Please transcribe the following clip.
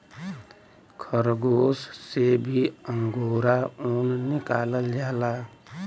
खरगोस से भी अंगोरा ऊन निकालल जाला